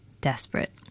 desperate